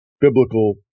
biblical